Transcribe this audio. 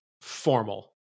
formal